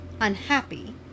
unhappy